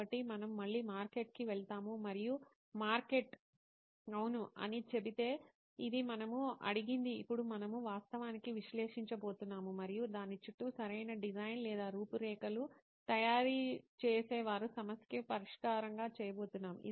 కాబట్టి మనం మళ్ళీ మార్కెట్కి వెళ్తాము మరియు మార్కెట్ అవును అని చెబితే ఇది మనము అడిగింది ఇప్పుడు మనం వాస్తవానికి విశ్లేషించబోతున్నాము మరియు దాని చుట్టూ సరైన డిజైన్ లేదా రూపురేఖలు తయారు చేసి వారి సమస్యకు పరిష్కారంగా చేయబోతున్నాం